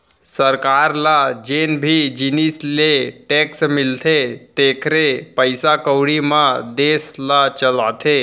सरकार ल जेन भी जिनिस ले टेक्स मिलथे तेखरे पइसा कउड़ी म देस ल चलाथे